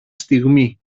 στιγμή